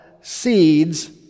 seeds